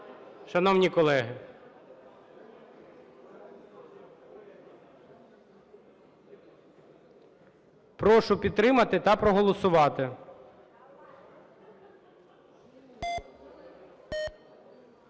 шановні колеги. Прошу підтримати та проголосувати.